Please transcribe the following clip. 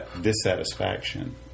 dissatisfaction